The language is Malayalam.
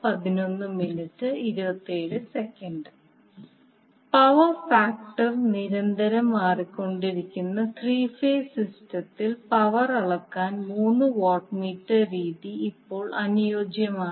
പവർ ഫാക്ടർ നിരന്തരം മാറിക്കൊണ്ടിരിക്കുന്ന ത്രീ ഫേസ് സിസ്റ്റത്തിൽ പവർ അളക്കാൻ മൂന്ന് വാട്ട് മീറ്റർ രീതി ഇപ്പോൾ അനുയോജ്യമാണ്